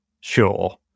Sure